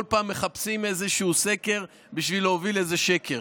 כל פעם מחפשים איזשהו סקר בשביל להוביל איזה שקר.